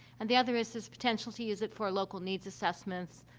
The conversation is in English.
and the other is this potential to use it for local needs assessments,